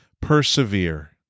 persevere